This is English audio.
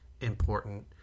important